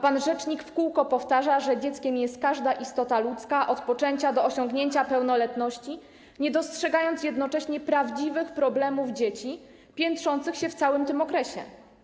Pan rzecznik w kółko powtarza, że dzieckiem jest każda istota ludzka od poczęcia do osiągnięcia pełnoletności, nie dostrzegając jednocześnie prawdziwych problemów dzieci piętrzących się w całym tym okresie.